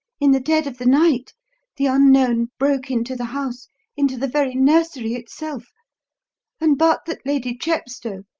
in the dead of the night the unknown broke into the house into the very nursery itself and but that lady chepstow,